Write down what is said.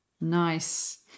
Nice